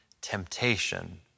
temptation